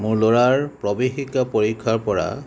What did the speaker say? মোৰ ল'ৰাৰ প্ৰৱেশিকা পৰীক্ষাৰ পৰা